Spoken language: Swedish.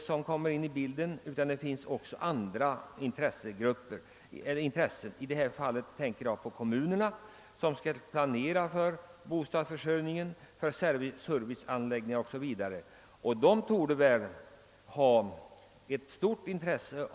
Nu är det emellertid inte bara organisationerna som berörs av denna fråga. Även kommunerna, som skall planera för bostadsförsörjning, serviceanläggningar o. s. v., har intressen att bevaka i detta avseende.